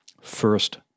First